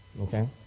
okay